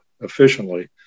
efficiently